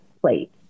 plate